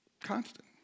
constant